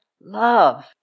love